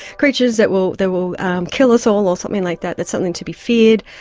creatures that will that will kill us all or something like that, that's something to be feared,